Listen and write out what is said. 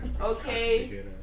Okay